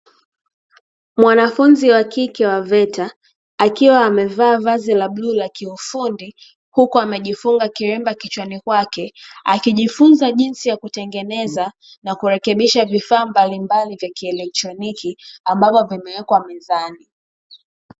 Mwanafunzi wa kike wa veta akiwa amevaa vazi la bluu la kiufundi, huku amejifunga kiremba kichwani kwake, akijifunza jinsi ya kutengeneza na kurekebisha vifaa mbalimbali vya kielektroniki ambapo vimewekwa mezani.